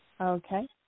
Okay